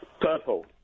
Purple